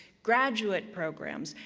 graduate programs,